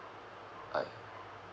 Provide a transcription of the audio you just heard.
I